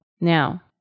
Now